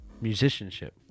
musicianship